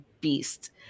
beast